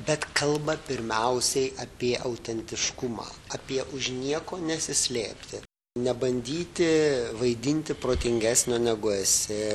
bet kalba pirmiausiai apie autentiškumą apie už nieko nesislėpti nebandyti vaidinti protingesnio negu esi